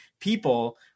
people